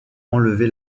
enlevé